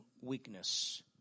weakness